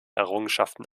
errungenschaften